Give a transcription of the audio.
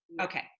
okay